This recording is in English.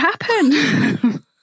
happen